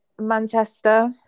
Manchester